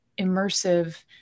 immersive